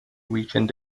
weekend